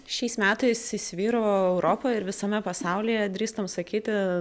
šiais metais įsivyravo europoje ir visame pasaulyje drįstam sakyti